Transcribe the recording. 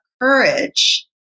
courage